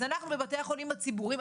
אז אנחנו בבתי החולים הציבוריים,